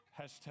Hashtag